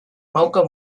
mauka